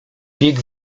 biegł